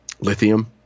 Lithium